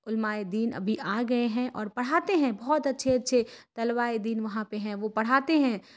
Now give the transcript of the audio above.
علماء دین ابھی آ گئے ہیں اور پڑھاتے ہیں بہت اچھے اچھے طلوائے دین وہاں پہ ہیں وہ پڑھاتے ہیں